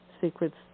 Secrets